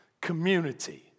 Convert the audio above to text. Community